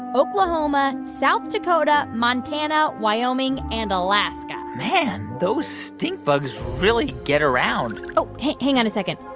oklahoma, south dakota, montana, wyoming and alaska man, those stink bugs really get around oh, hang hang on a second.